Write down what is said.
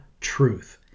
truth